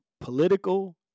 political